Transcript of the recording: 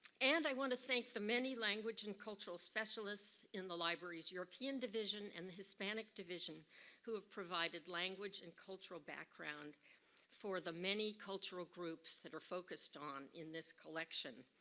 and i want to thank the many language and cultural specialists in the library's european division and the hispanic division who have provided language and cultural background for the many cultural groups that are focused on in this collection.